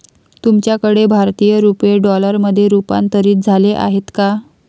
तुमच्याकडे भारतीय रुपये डॉलरमध्ये रूपांतरित झाले आहेत का?